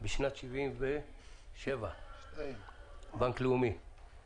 לאומי בשנת 1977. אתה יודע,